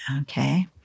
okay